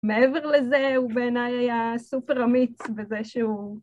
מעבר לזה, הוא בעיניי היה סופר אמיץ בזה שהוא...